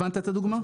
הבנת את הדוגמה?